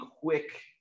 quick